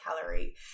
calorie